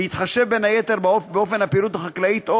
בהתחשב בין היתר באופן הפעילות החקלאית או